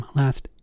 last